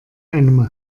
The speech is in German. einem